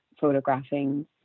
photographing